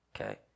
okay